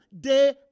day